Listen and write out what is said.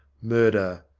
murder,